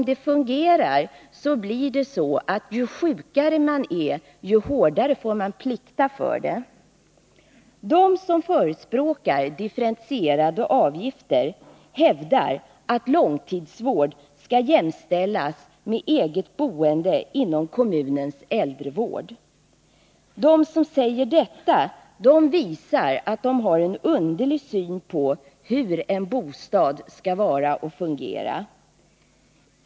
Det fungerar så att ju sjukare man är, desto hårdare får man plikta för det. De som förespråkar differentierade avgifter hävdar att långtidssjukvård skall jämställas med eget boende inom kommunens äldrevård. De som säger detta visar att de har en underlig syn på hur en bostad skall vara och fungera.